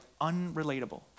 unrelatable